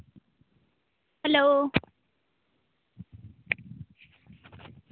hello